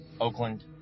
Oakland